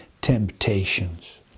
temptations